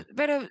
pero